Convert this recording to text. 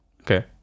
Okay